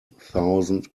thousand